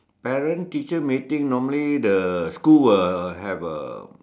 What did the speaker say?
parent teacher meeting normally the school will have A